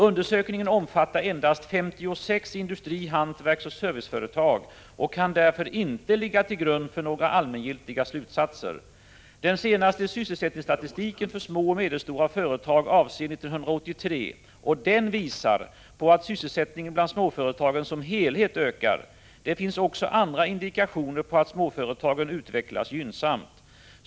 Undersökningen omfattar endast 56 industri-, hantverksoch serviceföretag och kan därför inte ligga till grund för några allmängiltiga slutsatser. Den senaste sysselsättningsstatistiken för småoch medelstora företag avser år 1983, och den visar på att sysselsättningen bland småföretagen som helhet ökar. Det finns också andra indikationer på att småföretagen utvecklas gynnsamt.